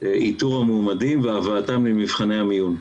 איתור המועמדים והבאתם למבחני המיון.